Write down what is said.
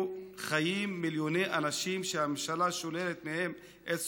חיים מיליוני אנשים שהממשלה שוללת מהם את זכויותיהם.